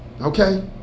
Okay